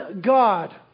God